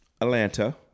Atlanta